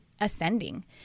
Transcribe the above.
ascending